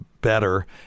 better